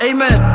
Amen